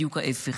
בדיוק ההפך.